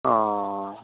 অঁ